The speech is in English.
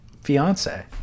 fiance